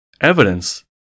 evidence